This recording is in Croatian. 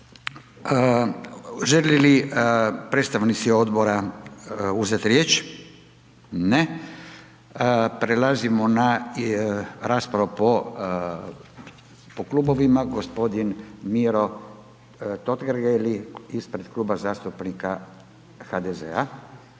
Želi li predstavnici odbora uzeti riječ? Ne. Prelazimo na raspravu po klubovima. G. Miro Totgergeli ispred Kluba zastupnika HDZ-a.